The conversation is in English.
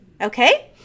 Okay